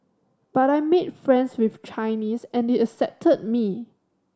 but I made friends with Chinese and they accepted me